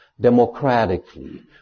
democratically